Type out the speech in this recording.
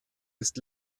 ist